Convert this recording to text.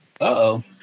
Uh-oh